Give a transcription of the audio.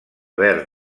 verd